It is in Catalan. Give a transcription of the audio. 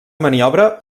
maniobra